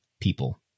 people